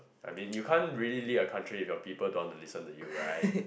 I mean you can't really lead a country if your people don't want to listen to you right